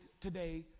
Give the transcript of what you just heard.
today